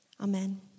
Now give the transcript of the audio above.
Amen